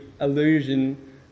illusion